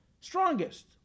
strongest